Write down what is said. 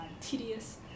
tedious